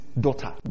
daughter